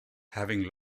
having